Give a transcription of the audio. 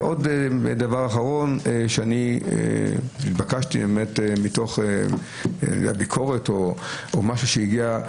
ודבר אחרון שהתבקשתי מתוך הביקורת או משהו שהגיע,